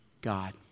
God